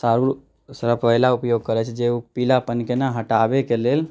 साडूके पहिले उपयोग करैत छियै जे ओ पीलापनके नहि हटाबैके लेल